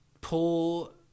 pull –